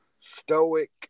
stoic